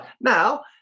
now